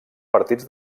partits